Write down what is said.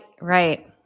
Right